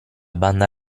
banda